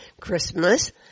Christmas